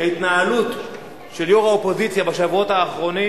כי ההתנהלות של יו"ר האופוזיציה בשבועות האחרונים